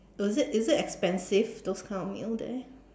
was it is it expensive those kind of meal there